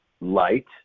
light